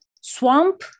swamp